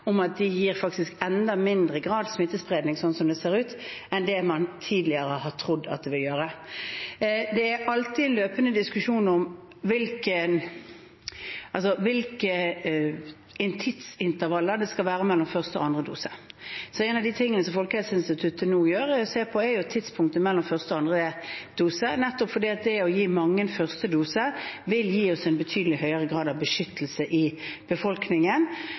trodd at de ville gjøre. Det er alltid en løpende diskusjon hvilke tidsintervaller det skal være mellom første og andre dose. En av tingene Folkehelseinstituttet nå gjør, er å se på tiden mellom første og andre dose, nettopp fordi det å gi mange første dose vil gi oss en betydelig høyere grad av beskyttelse i befolkningen.